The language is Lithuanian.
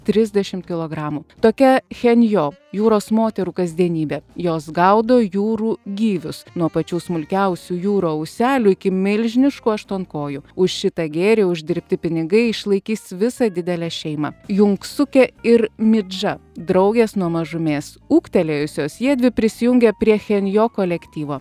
trisdešimt kilogramų tokia henjo jūros moterų kasdienybė jos gaudo jūrų gyvius nuo pačių smulkiausių jūrų auselių iki milžiniškų aštuonkojų už šitą gėrį uždirbti pinigai išlaikys visą didelę šeimą junksuke ir midža draugės nuo mažumės ūgtelėjusios jiedvi prisijungia prie henjo kolektyvo